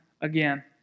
again